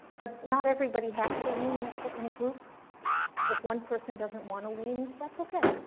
but not everybody has to lean in in a group if one person doesn't want to lean, that's okay